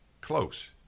close